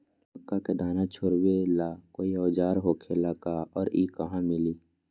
मक्का के दाना छोराबेला कोई औजार होखेला का और इ कहा मिली?